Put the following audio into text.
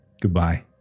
goodbye